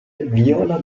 viola